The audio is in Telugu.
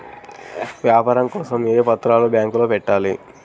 వ్యాపారం కోసం ఏ పత్రాలు బ్యాంక్లో పెట్టాలి?